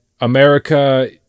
America